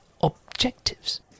objectives